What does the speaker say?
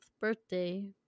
birthday